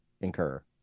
incur